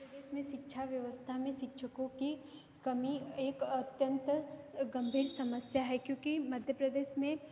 प्रदेश मे शिक्षा व्यवस्था में शिक्षकों की कमी एक अत्यंत गंभीर समस्या है क्योंकि मध्य प्रदेश में